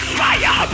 fire